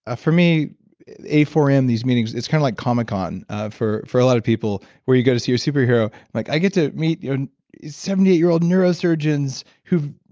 ah for me a four m, these meetings, it's kind of like comic-con ah for for a lot of people, where you go to see your super hero. like i get to meet seventy eight year old neurosurgeons who've